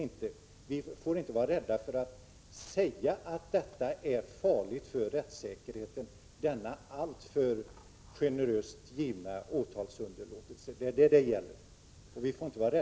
Men vi får inte vara rädda för att säga att den alltför generöst givna åtalsunderlåtelsen är farlig för rättssäkerheten. Det är detta det gäller, och vi får inte vara rädda för att säga — Prot. 1985/86:134 det.